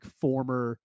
former